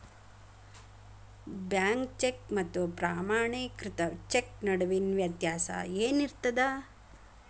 Bank cheque ಮತ್ತ ಪ್ರಮಾಣೇಕೃತ cheque ನಡುವಿನ್ ವ್ಯತ್ಯಾಸ ಏನಿರ್ತದ?